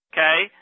Okay